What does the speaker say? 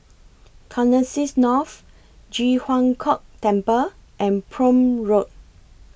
Connexis North Ji Huang Kok Temple and Prome Road